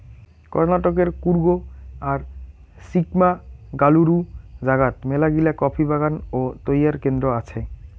কর্ণাটকের কূর্গ আর চিকমাগালুরু জাগাত মেলাগিলা কফি বাগান ও তৈয়ার কেন্দ্র আছে